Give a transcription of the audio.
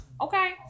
okay